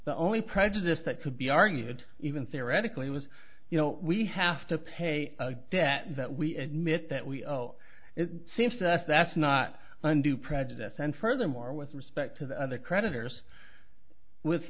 the only prejudice that could be argued even theoretically was you know we have to pay a debt that we admit that we owe it seems to us that's not undo prejudice and furthermore with respect to the other creditors with